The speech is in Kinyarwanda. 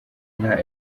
nta